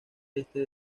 este